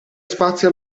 spazio